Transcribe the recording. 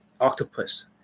octopus